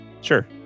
Sure